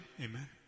Amen